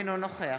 אינו נוכח